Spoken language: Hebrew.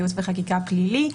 ייעוץ וחקיקה פלילי,